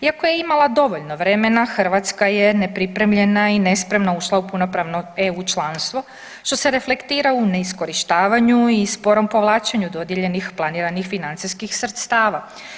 Iako je imala dovoljno vremena Hrvatska je nepripremljena i nespremna ušla u punopravno EU članstvo što se reflektira u neiskorištavanju i sporom povlačenju dodijeljenih planiranih financijskih sredstava.